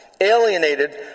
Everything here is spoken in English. alienated